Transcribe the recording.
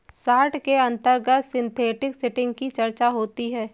short के अंतर्गत synthetic setting की चर्चा होती है